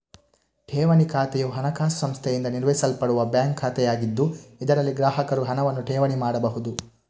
ಠೇವಣಿ ಖಾತೆಯು ಹಣಕಾಸು ಸಂಸ್ಥೆಯಿಂದ ನಿರ್ವಹಿಸಲ್ಪಡುವ ಬ್ಯಾಂಕ್ ಖಾತೆಯಾಗಿದ್ದು, ಇದರಲ್ಲಿ ಗ್ರಾಹಕರು ಹಣವನ್ನು ಠೇವಣಿ ಮಾಡಬಹುದು